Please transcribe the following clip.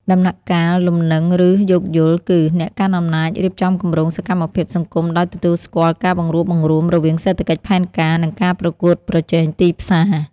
ដំណាក់កាល "លំនឹង" ឬ "យោគយល់" គឺ អ្នកកាន់អំណាចរៀបចំគម្រោងសកម្មភាពសង្គមដោយទទួលស្គាល់ការបង្រួបបង្រួមរវាងសេដ្ឋកិច្ចផែនការ និងការប្រកួតប្រជែងទីផ្សារ។